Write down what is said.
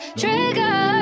trigger